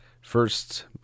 first